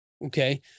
okay